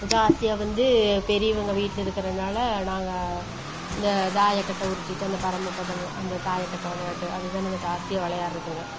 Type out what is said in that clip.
ஜாஸ்தியாக வந்து பெரியவங்க வீட்டில் இருக்கிறனால நாங்கள் இந்த தாயக்கட்டை உருட்டிட்டு அந்த பரமபதம் அந்த தாயக்கட்டை விளையாட்டு அதுதான் நாங்கள் ஜாஸ்தியாக விளையாடுகிறதுங்க